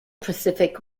pacific